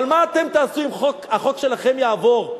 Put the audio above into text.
אבל מה אתם תעשו אם החוק שלכם יעבור,